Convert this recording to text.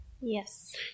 Yes